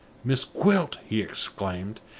miss gwilt! he exclaimed,